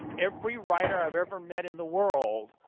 every writer i've ever met in the world,